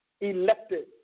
elected